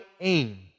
aim